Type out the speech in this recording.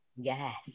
Yes